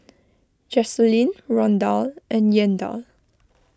Jacalyn Rondal and Yandel